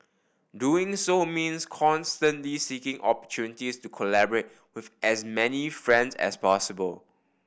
doing so means constantly seeking opportunities to collaborate with as many friends as possible